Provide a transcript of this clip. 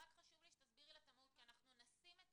רק חשוב לי שתסבירי לה את המהות כי אנחנו נשים את